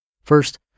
First